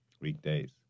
weekdays